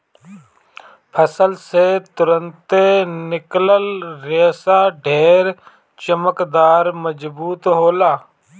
फसल से तुरंते निकलल रेशा ढेर चमकदार, मजबूत होला